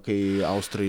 kai austrai